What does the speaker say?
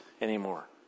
anymore